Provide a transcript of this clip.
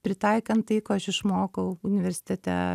pritaikant tai ką aš išmokau universitete